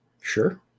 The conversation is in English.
Sure